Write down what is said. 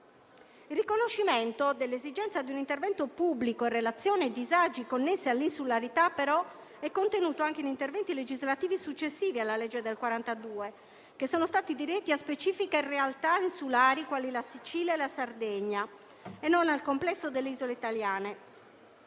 Il riconoscimento dell'esigenza di un intervento pubblico in relazione ai disagi connessi all'insularità è contenuto anche in interventi legislativi successivi alla legge n. 42 del 2009, che sono stati diretti a specifiche realtà insulari quali la Sicilia e la Sardegna e non al complesso delle isole italiane.